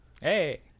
Hey